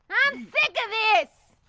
i'm sick of this!